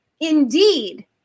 indeed